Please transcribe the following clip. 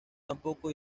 tampoco